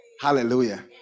Hallelujah